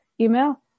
email